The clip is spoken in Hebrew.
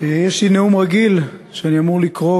יש לי נאום רגיל שאני אמור לקרוא,